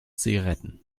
zigaretten